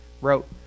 wrote